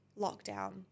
lockdown